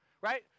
right